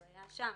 אלא שם,